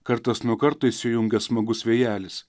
kartas nuo karto įsijungia smagus vėjelis